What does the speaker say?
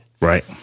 Right